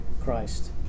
Christ